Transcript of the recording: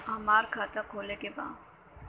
हमार खाता खोले के बा?